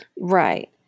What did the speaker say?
Right